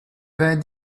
vingt